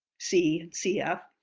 see, and cf.